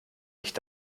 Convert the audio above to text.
nicht